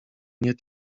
nie